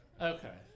Okay